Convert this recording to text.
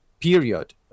Period